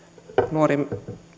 nuoremman